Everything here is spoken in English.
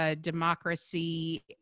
Democracy